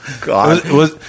god